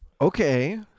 Okay